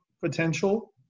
potential